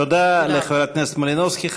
תודה לחברת הכנסת מלינובסקי.